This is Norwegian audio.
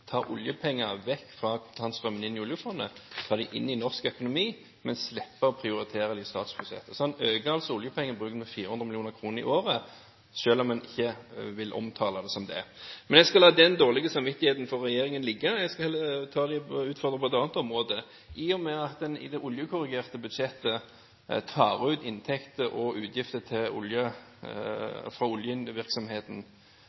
ta oljepenger vekk fra kontantstrømmen inn i oljefondet og inn i norsk økonomi, men slippe å prioritere det i statsbudsjettet. En øker altså oljepengebruken med 400 mill. kr i året selv om en ikke vil omtale det som det. Men jeg skal la den dårlige samvittigheten for regjeringen ligge. Jeg skal heller utfordre på et annet område. I og med at en i det oljekorrigerte budsjettet tar ut inntekter og utgifter